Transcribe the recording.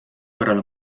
korral